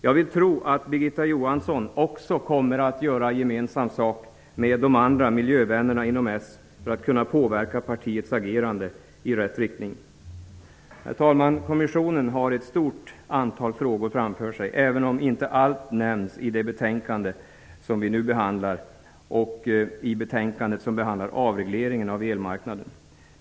Jag vill tro att Birgitta Johansson kommer att göra gemensam sak med de andra miljövännerna inom Socialdemokraterna för att kunna påverka partiets agerande i rätt riktning. Herr talman! Kommissionen har ett stort antal frågor att ta ställning till, även om inte alla nämns i det betänkande som vi nu behandlar och i betänkandet som behandlar avregleringen av elmarknaden.